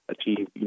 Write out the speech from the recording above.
achieve